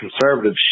conservative